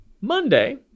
Monday